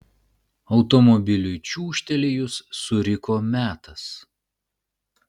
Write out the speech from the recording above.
automobiliui čiūžtelėjus suriko metas